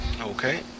okay